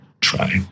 Try